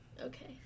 Okay